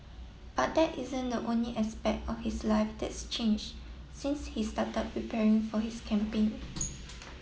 but that isn't the only aspect of his life that's change since he started preparing for his campaign